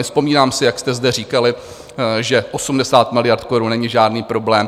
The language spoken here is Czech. Vzpomínám si, jak jste zde říkali, že 80 miliard korun není žádný problém.